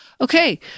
Okay